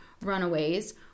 runaways